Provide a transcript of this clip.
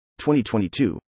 2022